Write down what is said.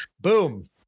boom